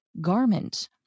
garment